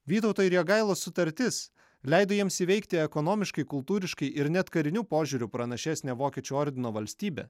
vytauto ir jogailos sutartis leido jiems įveikti ekonomiškai kultūriškai ir net kariniu požiūriu pranašesnę vokiečių ordino valstybę